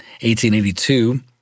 1882